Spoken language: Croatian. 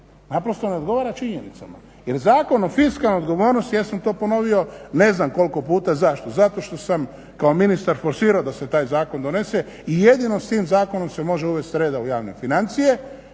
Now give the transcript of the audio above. proračuna ne odgovara činjenicama. Jer Zakon o fiskalnoj odgovornosti ja sam to ponovio ne znam koliko puta, zašto? Zato što sam kao ministar forsirao da se taj zakon donese i jedino s tim zakonom se može uvesti reda u javne financije